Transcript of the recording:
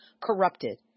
corrupted